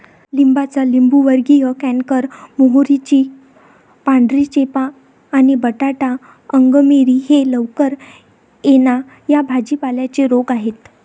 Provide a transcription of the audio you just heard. लिंबाचा लिंबूवर्गीय कॅन्कर, मोहरीची पांढरी चेपा आणि बटाटा अंगमेरी हे लवकर येणा या भाजी पाल्यांचे रोग आहेत